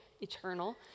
Eternal